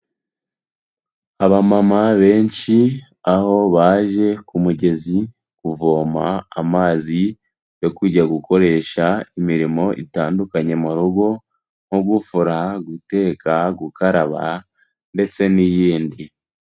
Abamama benshi, aho baje ku mugezi kuvoma amazi yo kujya gukoresha imirimo itandukanye mu rugo, nko gufura, guteka, gukaraba ndetse n'iyindi.